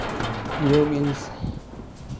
योग इंस